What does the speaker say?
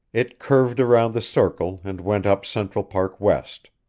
it curved around the circle and went up central park west.